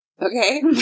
Okay